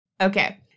Okay